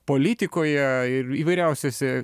politikoje ir įvairiausiose